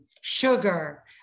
sugar